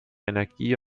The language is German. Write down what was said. energie